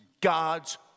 God's